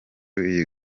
iyi